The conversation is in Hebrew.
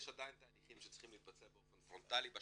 יש עדיין תהליכים שצריכים להתבצע באופן פרונטלי,